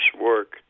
work